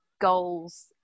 goals